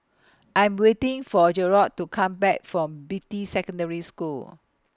I'm waiting For Jerrod to Come Back from Beatty Secondary School